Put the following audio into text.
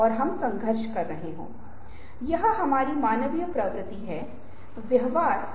जिस तरह से हम चीजों को पढ़ते हैं जिस तरह से हम चीजों को देखते हैं उसके निहितार्थ क्या हैं